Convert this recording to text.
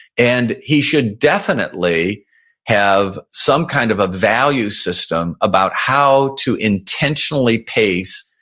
and he should definitely have some kind of a value system about how to intentionally pace